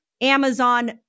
Amazon